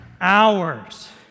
hours